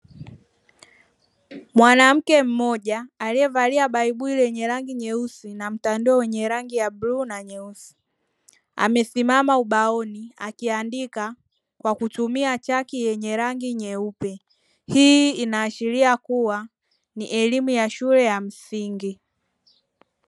Mwanamke mmoja alievalia baibui lenye rangi nyeusi na mtandio wenye rangi ya bluu na nyeusi, amesimama ubaoni akiandika kwa kutumia chaki yenye rangi nyeupe hii inaashiria kuwa ni elimu ya shule ya msingi.